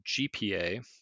GPA